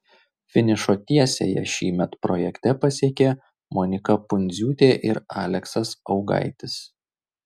finišo tiesiąją šįmet projekte pasiekė monika pundziūtė ir aleksas augaitis